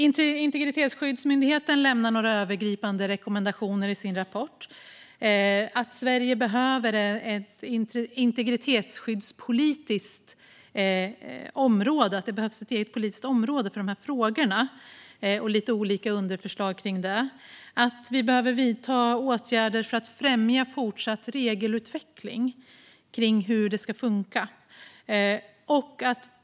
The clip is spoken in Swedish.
Integritetsskyddsmyndigheten lämnar några övergripande rekommendationer i sin rapport. Det behövs ett integritetsskyddspolitiskt område för frågorna. Där finns en del förslag i den frågan. Vi behöver vidare vidta åtgärder för att främja fortsatt regelutveckling för hur det ska fungera.